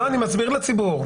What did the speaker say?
אני מסביר לציבור.